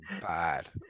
bad